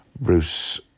Bruce